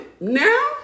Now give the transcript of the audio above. now